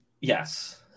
Yes